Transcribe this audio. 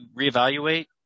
reevaluate